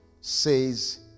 says